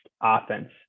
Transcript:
offense